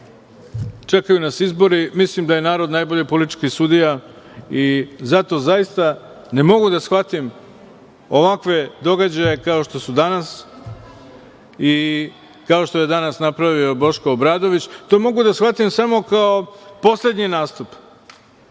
čekaju nas izbori. Mislim da je narod najbolji politički sudija. Zato zaista ne mogu da shvatim ovakve događaje kao što su danas, kao što je danas napravio Boško Obradović. To mogu da shvatim samo kao poslednji nastup,